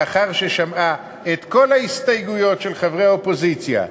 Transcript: לאחר ששמעה את כל ההסתייגויות של חברי האופוזיציה,